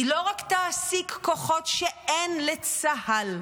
היא לא רק תעסיק כוחות שאין לצה"ל